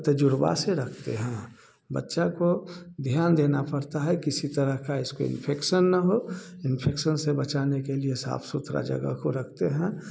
तजुर्बा से रखते हैं बच्चा को ध्यान देना पड़ता है किसी तरह का इसको इन्फेक्शन न हो इन्फेक्शन से बचाने के लिए साफ सुथरा जगह को रखते हैं